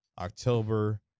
October